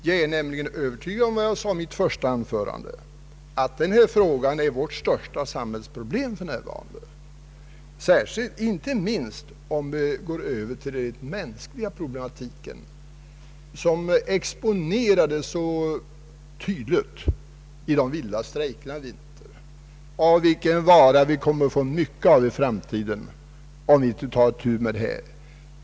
Jag är nämligen, som jag sade i mitt första anförande, övertygad om att denna fråga är vårt största samhällsproblem för närvarande. Det gäller inte minst när vi går över till den mänskliga problematiken, som exponerades så tydligt i de vilda strejkerna i vintras. Av den varan kommer vi att få mycket i framtiden, om vi inte tar itu med dessa saker.